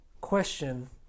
question